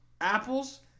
apples